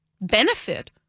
benefit